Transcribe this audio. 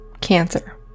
cancer